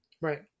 Right